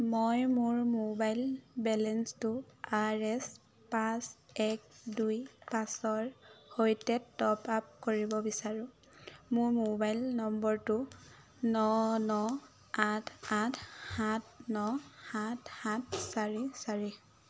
মই মোৰ মোবাইল বেলেন্সটো আৰ এচ পাঁচ এক দুই পাঁচৰ সৈতে টপ আপ কৰিব বিচাৰোঁ মোৰ মোবাইল নম্বৰটো ন ন আঠ আঠ সাত ন সাত চাৰি চাৰি